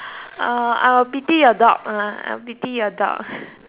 uh I'll pity your dog lah I'll pity your dog